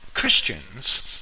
Christians